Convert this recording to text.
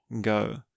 go